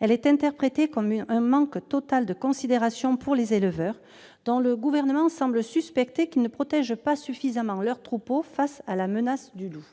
Elle est interprétée comme un manque total de considération pour les éleveurs, dont le Gouvernement semble suspecter qu'ils ne protégeraient pas suffisamment leur troupeau face à la menace du loup.